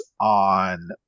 on